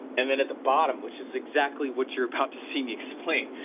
and then at the bottom, which is exactly what you're about to see me explain.